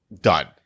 done